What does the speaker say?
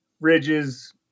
ridges